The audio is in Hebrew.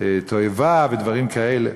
תועבה ודברים כאלה.